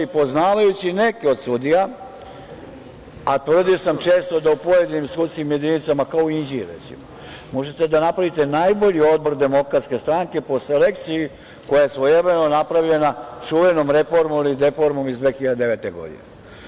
Poznavajući neke od sudija, a tvrdio sam često da u pojedinim sudskim jedinicama, kao u Inđiji, recimo, možete da napravite najbolji odbor DS po selekciji koja je svojevremeno napravljena čuvenom reformom iz 2009. godine.